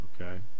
okay